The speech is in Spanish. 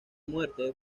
muerte